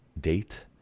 date